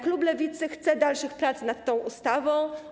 Klub Lewicy chce dalszych prac nad tą ustawą.